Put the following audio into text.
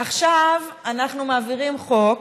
עכשיו אנחנו מעבירים חוק